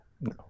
No